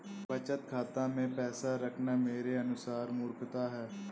बचत खाता मैं पैसा रखना मेरे अनुसार मूर्खता है